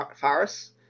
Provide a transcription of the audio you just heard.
Farris